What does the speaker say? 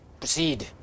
proceed